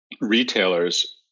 retailers